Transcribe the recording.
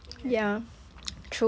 I think that's like the